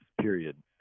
period